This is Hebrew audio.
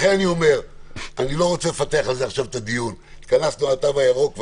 אני לא רוצה לפתח את הדיון כי התכוונו לדון בתו הירוק.